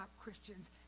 Christians